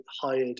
hired